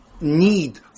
need